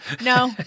no